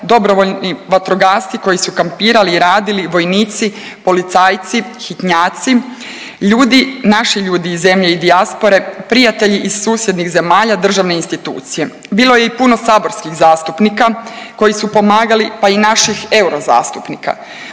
dobrovoljni vatrogasci koji su kampirali i radili, vojnici, policajci, hitnjaci, ljudi, naši ljudi iz zemlje i dijaspore, prijatelji iz susjednih zemalja, državne institucije. Bilo je i puno saborskih zastupnika koji su pomagali pa i naših eurozastupnika.